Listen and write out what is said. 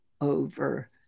over